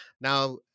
Now